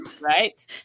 right